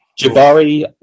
Jabari